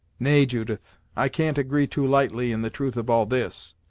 nay, judith, i can't agree too lightly in the truth of all this.